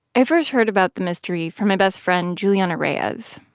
i first heard about the mystery from my best friend juliana reyes,